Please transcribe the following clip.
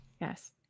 Yes